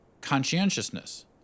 conscientiousness